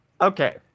Okay